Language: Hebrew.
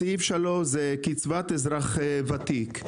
סעיף 3 מדבר על קצבת אזרח ותיק.